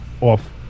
off